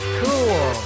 cool